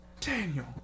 Daniel